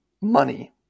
money